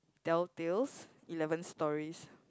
Tell Tales Eleven Stories